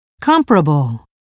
comparable